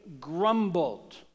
grumbled